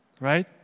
Right